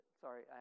sorry